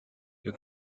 you